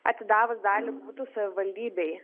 atidavus dalį butų savivaldybei